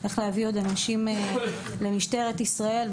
איך להביא עוד אנשים למשטרת ישראל,